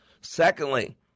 Secondly